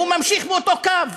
הוא ממשיך באותו קו.